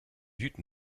hüten